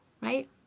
right